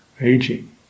Aging